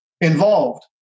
involved